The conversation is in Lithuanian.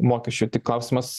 mokesčio tik klausimas